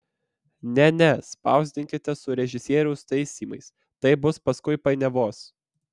ne ne spausdinkite su režisieriaus taisymais taip bus paskui painiavos